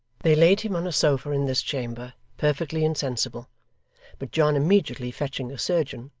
they laid him on a sofa in this chamber, perfectly insensible but john immediately fetching a surgeon,